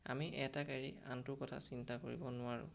আমি এটাক এৰি আনটোৰ কথা চিন্তা কৰিব নোৱাৰোঁ